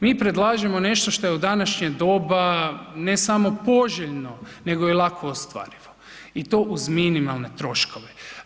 Mi predlažemo nešto što je u današnje doba ne samo poželjno nego i lako ostvarivo i to uz minimalne troškove.